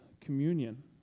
communion